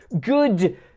good